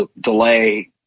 delay